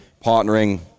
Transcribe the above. partnering